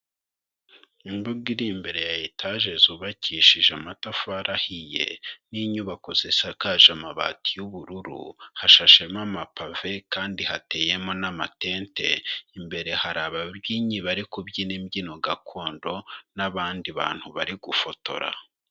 Imbuga iri imbere ya etaje zubakishije amatafari ahiye n'inyubako zisakaje amabati y'ubururu, hashashemo amapave kandi hateyemo n'amatente, imbere hari ababyinnyi bari kubyina imbyino gakondo n'abandi bantu bari gufotora.